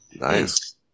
Nice